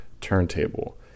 turntable